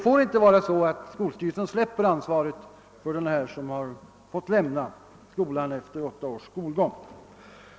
Skolstyrelsen får inte släppa ansvaret för den som fått lämna skolan efter åtta års skolgång.